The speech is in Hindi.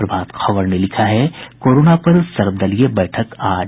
प्रभात खबर में लिखा है कोरोना पर सर्वदलीय बैठक आज